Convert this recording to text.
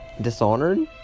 Dishonored